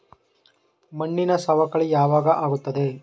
ಮಣ್ಣಿನ ಸವಕಳಿ ಯಾವಾಗ ಆಗುತ್ತದೆ?